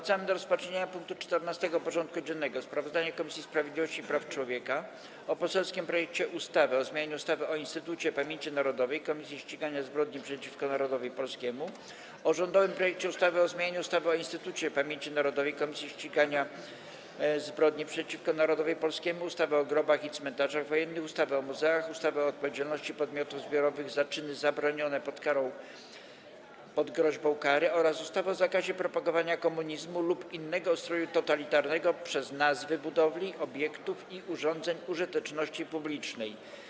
Powracamy do rozpatrzenia punktu 14. porządku dziennego: Sprawozdanie Komisji Sprawiedliwości i Praw Człowieka o: - poselskim projekcie ustawy o zmianie ustawy o Instytucie Pamięci Narodowej - Komisji Ścigania Zbrodni przeciwko Narodowi Polskiemu, - rządowym projekcie ustawy o zmianie ustawy o Instytucie Pamięci Narodowej - Komisji Ścigania Zbrodni przeciwko Narodowi Polskiemu, ustawy o grobach i cmentarzach wojennych, ustawy o muzeach, ustawy o odpowiedzialności podmiotów zbiorowych za czyny zabronione pod groźbą kary oraz ustawy o zakazie propagowania komunizmu lub innego ustroju totalitarnego przez nazwy budowli, obiektów i urządzeń użyteczności publicznej.